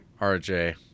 RJ